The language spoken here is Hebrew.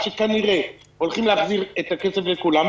שכנראה הולכים להחזיר את הכסף לכולם,